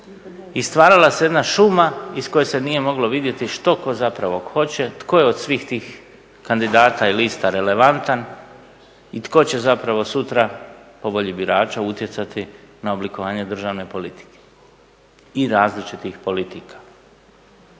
i stvarala se jedna šuma iz koje se nije moglo vidjeti što tko zapravo hoće, tko je od svih tih kandidata i lista relevantan i tko će zapravo sutra po volji birača utjecati na oblikovanje državne politike i različitih politika.